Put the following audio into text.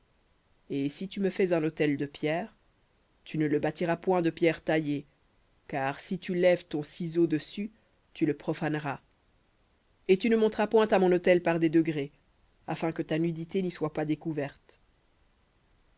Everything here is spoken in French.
et si tu me fais un autel de pierres tu ne le bâtiras point de pierres taillées car si tu lèves ton ciseau dessus tu le profaneras et tu ne monteras point à mon autel par des degrés afin que ta nudité n'y soit pas découverte